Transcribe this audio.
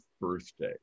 birthday